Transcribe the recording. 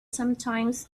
sometimes